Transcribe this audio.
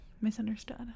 misunderstood